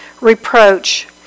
reproach